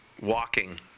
walking